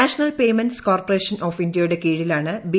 national payments corporation of ഇന്ത്യയുടെ കീഴിലാണ് B